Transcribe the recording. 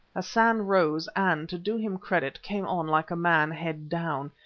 hassan rose and, to do him credit, came on like a man, head down.